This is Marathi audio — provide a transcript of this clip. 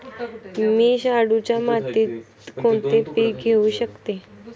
मी शाडूच्या मातीत कोणते पीक घेवू शकतो?